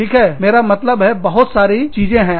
ठीक है मेरा मतलब है बहुत सारी चीजें हैं